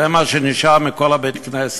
זה מה שנשאר מכל בית-הכנסת,